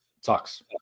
sucks